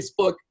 Facebook